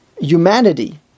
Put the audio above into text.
humanity